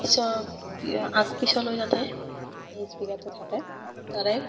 পিছত আগ পিছলৈ যাতে এই জীৱিকাটো থাকে তাৰে